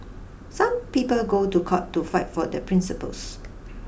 some people go to court to fight for their principles